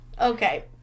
Okay